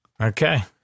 Okay